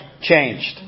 changed